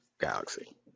galaxy